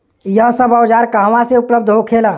यह सब औजार कहवा से उपलब्ध होखेला?